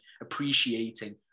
appreciating